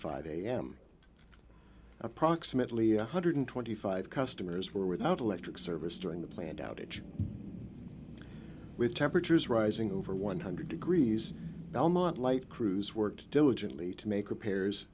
five am approximately one hundred twenty five customers were without electric service during the planned outage with temperatures rising over one hundred degrees belmont light crews worked diligently to make repairs